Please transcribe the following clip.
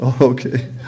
Okay